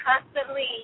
constantly